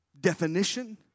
definition